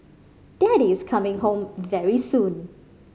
daddy's coming home very soon